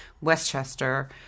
Westchester –